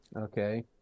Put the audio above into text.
Okay